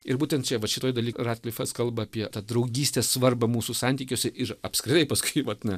ir būtent čia va šitoj daly ratlifas kalba apie draugystės svarbą mūsų santykiuose ir apskritai paskui vat na